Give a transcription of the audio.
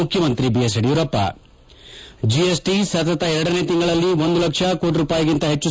ಮುಖ್ಯಮಂತ್ರಿ BS Yediyurappa GST ಸತತ ಎರಡನೇ ತಿಂಗಳಲ್ಲಿ ಒಂದು ಲಕ್ಷ ಕೋಟಿ ರೂಪಾಯಿಗಿಂತ ಹೆಚ್ಚು